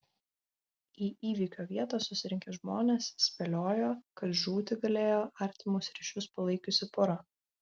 į įvykio vietą susirinkę žmonės spėliojo kad žūti galėjo artimus ryšius palaikiusi pora